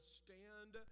stand